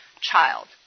child